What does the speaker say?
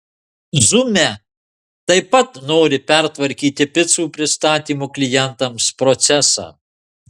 zume taip pat nori pertvarkyti picų pristatymo klientams procesą